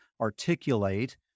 articulate